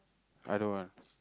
I don't want